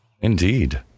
indeed